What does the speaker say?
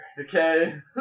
Okay